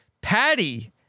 Patty